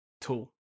tool